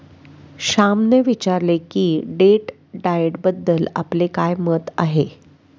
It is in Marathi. श्यामने विचारले की डेट डाएटबद्दल आपले काय मत आहे?